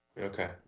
Okay